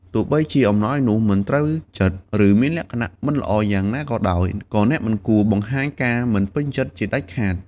ទោះបីជាអំណោយនោះមិនត្រូវចិត្ត ឬមានលក្ខណៈមិនល្អយ៉ាងណាក៏ដោយ ក៏អ្នកមិនគួរបង្ហាញការមិនពេញចិត្តជាដាច់ខាត។